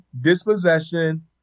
dispossession